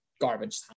garbage